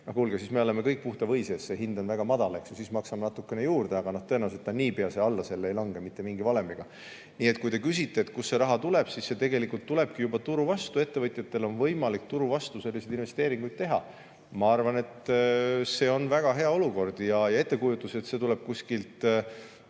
siis me oleme kõik puhta või sees! See hind on väga madal, eks ju, siis maksame natukene juurde, aga tõenäoliselt ta niipea alla selle ei lange mitte mingi valemiga. Nii et kui te küsite, kust see raha tuleb, siis see tegelikult tulebki juba turu vastu, ettevõtjatel on võimalik turu vastu selliseid investeeringuid teha. Ma arvan, et see on väga hea olukord. Ja ettekujutus, et see tuleb kuskilt